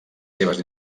seves